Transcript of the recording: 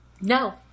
No